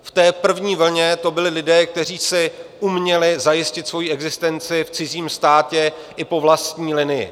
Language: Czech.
V té první vlně to byli lidé, kteří si uměli zajistit svoji existenci v cizím státě i po vlastní linii.